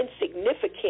insignificant